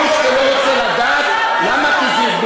אבל אתה מסית.